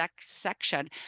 section